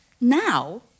Now